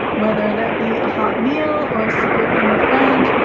whether that be a hot meal or a secret from a friend.